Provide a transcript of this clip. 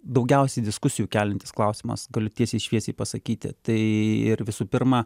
daugiausiai diskusijų keliantis klausimas galiu tiesiai šviesiai pasakyti tai ir visų pirma